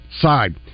side